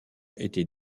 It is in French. était